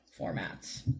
formats